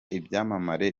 ibyamamare